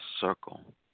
circle